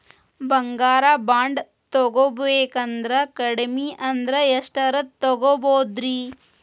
ಬಂಗಾರ ಬಾಂಡ್ ತೊಗೋಬೇಕಂದ್ರ ಕಡಮಿ ಅಂದ್ರ ಎಷ್ಟರದ್ ತೊಗೊಬೋದ್ರಿ?